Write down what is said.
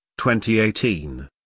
2018